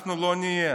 אנחנו לא נהיה.